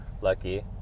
lucky